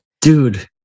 Dude